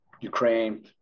Ukraine